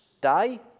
die